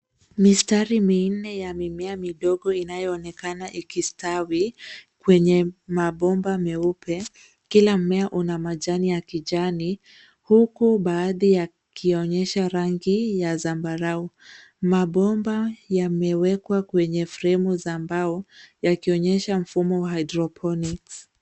Mistari ya mimea midogo inayoonekana ikistawi kwenye mabomba meupe. Kila mmea una majani ya kijani huku baadhi yakionyesha rangi ya zambarau. Mabomba yamewekwa kwenye fremu za mbao yakionyesha mfumo hydroponics .